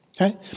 okay